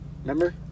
Remember